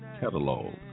Catalog